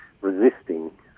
resisting